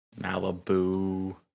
Malibu